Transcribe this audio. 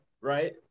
right